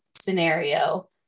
scenario